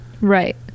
Right